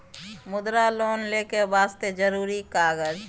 मुद्रा लोन लेके वास्ते जरुरी कागज?